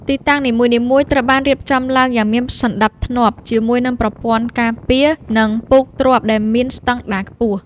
ទីតាំងនីមួយៗត្រូវបានរៀបចំឡើងយ៉ាងមានសណ្ដាប់ធ្នាប់ ជាមួយនឹងប្រព័ន្ធការពារ និងពូកទ្រាប់ដែលមានស្ដង់ដារខ្ពស់។